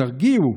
תרגיעו.